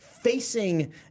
facing